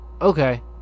Okay